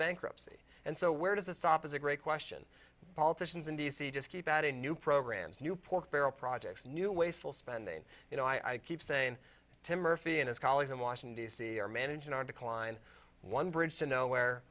bankruptcy and so where does it stop is a great question politicians in d c just keep adding new programs new pork barrel projects new wasteful spending you know i keep saying to murphy and his colleagues in washington d c are managing our decline one bridge to nowhere